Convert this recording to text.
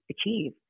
achieve